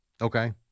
Okay